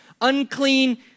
unclean